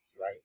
right